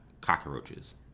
cockroaches